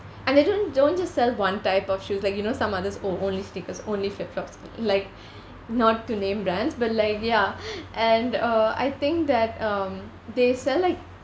and they don't don't just sell one type of shoes like you know some others oh only sneakers only flip flops like not to name brands but like ya and uh I think that um they sell like